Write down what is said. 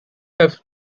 have